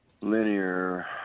linear